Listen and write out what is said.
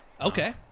Okay